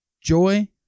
Joy